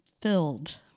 filled